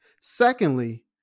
Secondly